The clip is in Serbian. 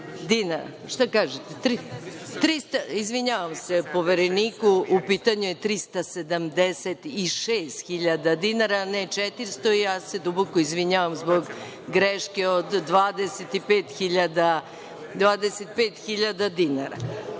dinara. Šta kažete? Izvinjavam se povereniku, u pitanju je 376.000 dinara, a ne 400.000. Ja se duboko izvinjavam zbog greške od 25.000